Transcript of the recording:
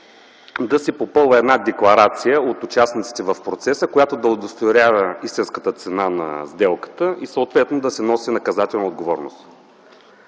да се попълва една декларация от участниците в процеса, която да удостоверява истинската цена на сделката и съответно да се носи наказателна отговорност.